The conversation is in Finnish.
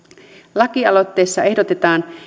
lakialoitteessa ehdotetaan